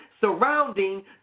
surrounding